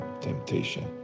temptation